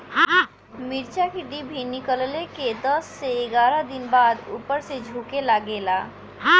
मिरचा क डिभी निकलले के दस से एग्यारह दिन बाद उपर से झुके लागेला?